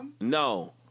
No